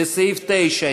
לסעיף 9,